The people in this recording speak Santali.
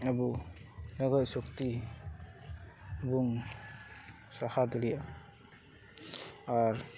ᱟᱵᱚ ᱱᱚᱶᱟ ᱠᱷᱚᱡ ᱥᱚᱠᱛᱤ ᱵᱩᱱ ᱥᱟᱦᱟᱣ ᱫᱟᱲᱤᱭᱟᱜᱼᱟ ᱟᱨ